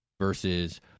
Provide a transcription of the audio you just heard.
versus